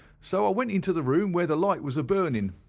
so i went into the room where the light was a-burnin'.